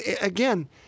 again